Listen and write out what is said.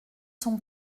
son